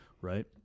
right